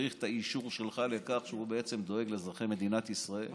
צריך את האישור שלך לכך שהוא בעצם דואג לאזרחי מדינת ישראל?